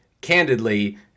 candidly